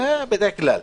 בדרך כלל.